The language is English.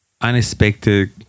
Unexpected